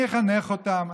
אני אחנך אותם,